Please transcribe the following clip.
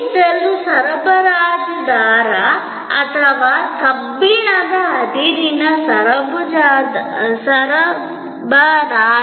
ಆದ್ದರಿಂದ ತೆಗೆದುಹಾಕಬೇಕಾದ ವಸ್ತು ತೆರವುಗೊಳಿಸಬೇಕಾದ ನೆಲ ಉದ್ದೇಶಿತ ಸಮಯದ ಅವಧಿಯಲ್ಲಿ ರಚಿಸಬೇಕಾದ ಅಡಿಪಾಯ ಅದು ಗ್ರಾಹಕನು ಹುಡುಕುತ್ತಿದ್ದ ಪರಿಹಾರ ಮತ್ತು ಅದು ನೀಡಲಾದ ಪರಿಹಾರವಾಗಿದೆ